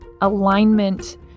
alignment